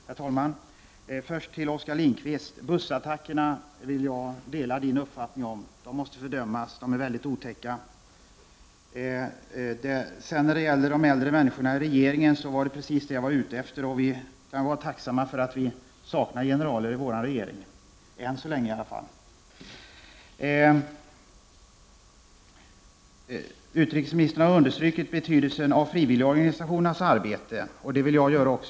Herr talman! Jag delar Oskar Lindkvists uppfattning om bussattackerna. De måste fördömas. De är mycket otäcka. Beträffande de äldre människorna i regeringen var det precis det Oskar Lindkvist nämnde som jag var ute efter. Vi kan vara tacksamma för att vi saknar generaler i vår regering, än så länge i alla fall. Utrikesministern har understrukit betydelsen av de frivilliga organisationernas arbete. Det vill jag också göra.